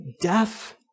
death